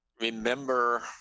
remember